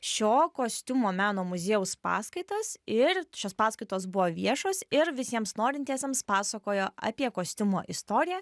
šio kostiumo meno muziejaus paskaitas ir šios paskaitos buvo viešos ir visiems norintiesiems pasakojo apie kostiumo istoriją